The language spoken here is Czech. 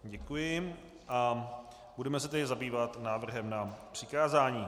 Děkuji a budeme se tedy zabývat návrhem na přikázání.